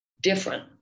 different